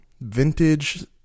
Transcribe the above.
vintage